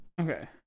Okay